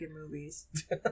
movies